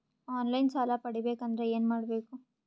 On line ಸಾಲ ಪಡಿಬೇಕಂದರ ಏನಮಾಡಬೇಕು?